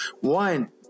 one